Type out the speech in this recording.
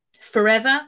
Forever